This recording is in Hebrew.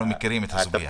אנחנו מכירים את הסוגיה.